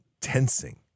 tensing